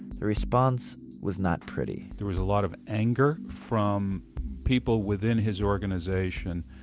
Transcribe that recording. the response was not pretty there was a lot of anger from people within his organization,